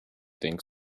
think